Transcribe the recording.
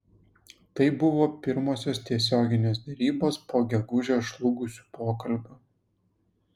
tai buvo pirmosios tiesioginės derybos po gegužę žlugusių pokalbių